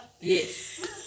Yes